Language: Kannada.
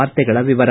ವಾರ್ತೆಗಳ ವಿವರ